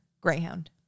greyhound